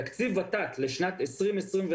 תקציב ות"ת לשנת 2021,